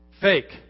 Fake